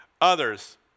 others